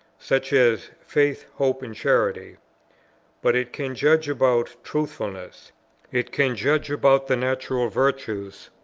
such as faith, hope, and charity but it can judge about truthfulness it can judge about the natural virtues,